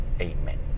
amen